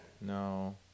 No